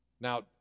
Now